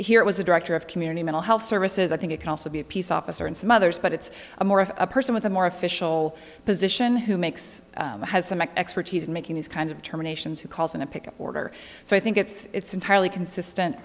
here it was the director of community mental health services i think it can also be a peace officer and some others but it's more of a person with a more official position who makes some expertise in making these kinds of terminations who calls in a pick order so i think it's entirely consistent